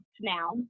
now